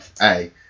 Hey